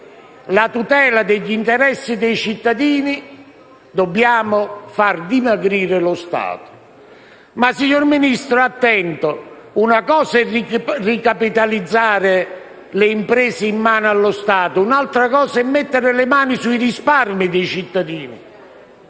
la tutela degli interessi dei cittadini, dobbiamo far dimagrire lo Stato. Signor Vice Ministro, attento: una cosa è ricapitalizzare le imprese in mano allo Stato; un'altra è mettere le mani sui risparmi dei cittadini.